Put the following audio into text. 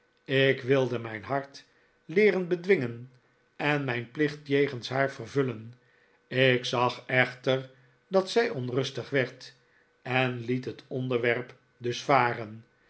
ik wilde mijn hart leeren bedwingen en mijn plicht jegens haar vervullen ik zag echter dat zij onrustig werd en liet het onderwerp dus varen